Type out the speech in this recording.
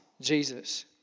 Jesus